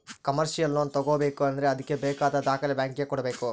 commercial loan ತಗೋಬೇಕು ಅಂದ್ರೆ ಅದ್ಕೆ ಬೇಕಾದ ದಾಖಲೆ ಬ್ಯಾಂಕ್ ಗೆ ಕೊಡ್ಬೇಕು